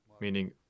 meaning